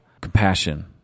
compassion